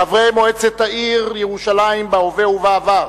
חברי מועצת העיר ירושלים בהווה ובעבר,